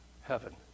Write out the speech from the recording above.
heaven